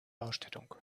ausstattung